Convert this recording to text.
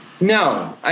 no